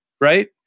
Right